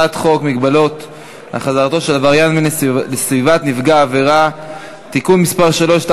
מגבלות על חזרתו של עבריין מין לסביבת נפגע העבירה (תיקון מס' 3),